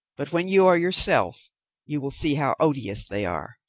but when you are yourself you will see how odious they are.